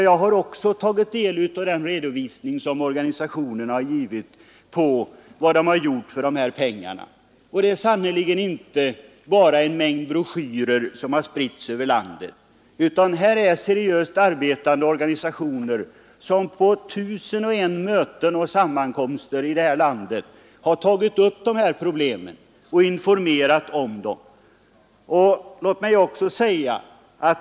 Jag har också tagit del av redovisningen för hur organisationerna har använt dessa pengar. Det är sannerligen inte bara fråga om en mängd broschyrer som har spritts ut över landet. Seriöst arbetande organisationer har på tusen och en sammankomster tagit upp alkoholoch narkotikaproblemen samt informerat om dem.